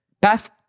Beth